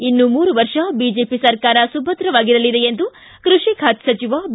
ಇನ್ನೂ ಮೂರು ವರ್ಷ ಬಿಜೆಪಿ ಸರ್ಕಾರ ಸುಭದ್ರವಾಗಿರಲಿದೆ ಎಂದು ಕೃಷಿ ಖಾತೆ ಸಚಿವ ಬಿ